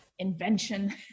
invention